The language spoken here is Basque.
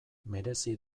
merezi